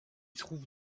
trouve